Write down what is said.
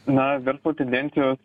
na verslo tendencijos